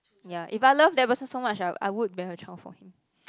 ya if I love that person so much I I would bear a child for him